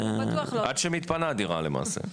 עד שמתפנה דירה, למעשה.